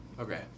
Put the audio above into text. Okay